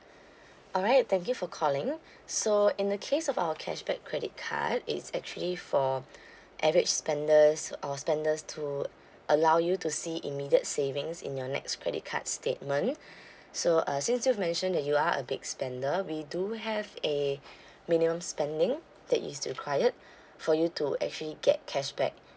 alright thank you for calling so in the case of our cashback credit card it's actually for average spenders or spenders to allow you to see immediate savings in your next credit card statement so uh since you mentioned that you are a big spender we do have a minimum spending that is required for you to actually get cashback